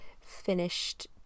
finished